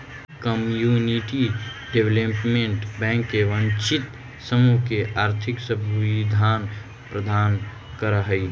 community development bank वंचित समूह के आर्थिक सुविधा प्रदान करऽ हइ